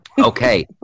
Okay